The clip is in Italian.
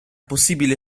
possibile